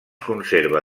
conserva